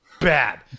Bad